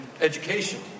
education